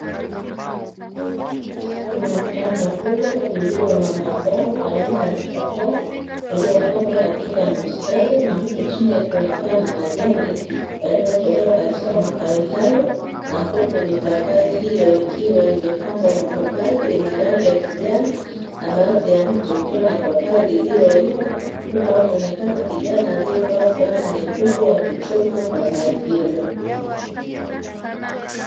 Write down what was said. Majani ya shamba kubwa lililo na mazao aina ya mipapai iliyopandwa katika mistari na huku chini yakionekana majani yaliyotolewa katika matawi hayo, na huku mipapai hiyo ikiwa imepanda mapapai yenye rangi ya kijani na baadhi ya mti ukiwa na papai lililoiva huku akionekana kijana aliyevaa fulana nyekundu akichuma papai hilo.